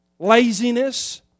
Laziness